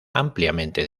ampliamente